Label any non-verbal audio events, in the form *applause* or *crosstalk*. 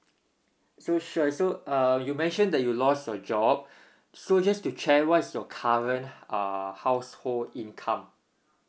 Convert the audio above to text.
so sure so uh you mentioned that you lost your job *breath* so just to check what is your current uh household income